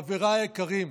חבריי היקרים,